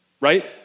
right